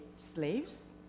slaves